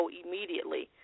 immediately